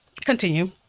continue